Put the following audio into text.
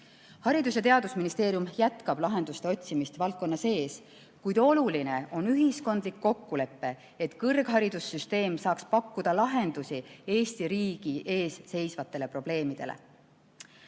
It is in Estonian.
Haridus- ja Teadusministeerium jätkab lahenduste otsimist valdkonna sees, kuid oluline on ühiskondlik kokkulepe, et kõrgharidussüsteem saaks pakkuda lahendusi Eesti riigi ees seisvatele probleemidele.